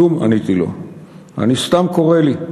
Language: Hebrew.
"כלום", עניתי לו, "אני סתם קורא לי".